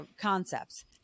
concepts